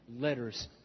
letters